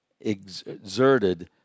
exerted